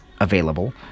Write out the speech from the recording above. available